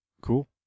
Cool